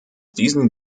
diesen